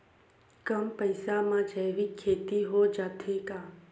कम पईसा मा जैविक खेती हो जाथे का?